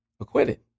acquitted